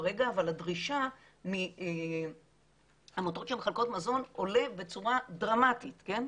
אבל הדרישה מהעמותות שמחלקות מזון עולה בצורה דרמטית כן?